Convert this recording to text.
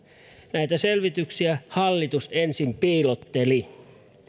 näitä selvityksiä hallitus ensin piilotteli